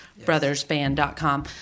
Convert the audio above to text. brothersband.com